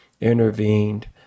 intervened